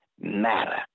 matter